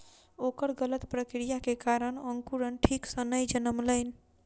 ओकर गलत प्रक्रिया के कारण अंकुरण ठीक सॅ नै जनमलै